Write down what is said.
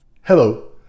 Hello